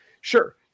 sure